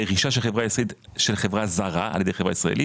רכישה של חברה זרה על ידי חברה ישראלית,